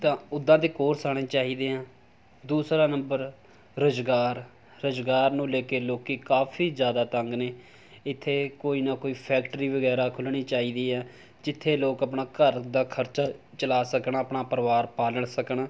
ਤਾਂ ਉੱਦਾਂ ਦੇ ਕੋਰਸ ਆਉਣੇ ਚਾਹੀਦੇ ਆ ਦੂਸਰਾ ਨੰਬਰ ਰੁਜ਼ਗਾਰ ਰੁਜ਼ਗਾਰ ਨੂੰ ਲੈ ਕੇ ਲੋਕ ਕਾਫੀ ਜ਼ਿਆਦਾ ਤੰਗ ਨੇ ਇੱਥੇ ਕੋਈ ਨਾ ਕੋਈ ਫੈਕਟਰੀ ਵਗੈਰਾ ਖੁੱਲ੍ਹਣੀ ਚਾਹੀਦੀ ਆ ਜਿੱਥੇ ਲੋਕ ਆਪਣਾ ਘਰ ਦਾ ਖਰਚਾ ਚਲਾ ਸਕਣ ਆਪਣਾ ਪਰਿਵਾਰ ਪਾਲ ਸਕਣ